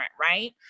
right